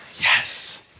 Yes